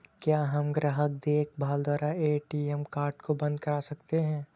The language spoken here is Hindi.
क्या हम ग्राहक देखभाल द्वारा ए.टी.एम कार्ड को बंद करा सकते हैं?